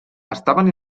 estaven